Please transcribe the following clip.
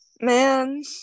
man